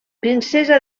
princesa